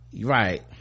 right